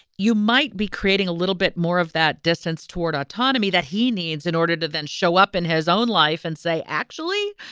you might be creating a little bit more of that distance toward autonomy that he needs in order to then show up in his own life and say, actually,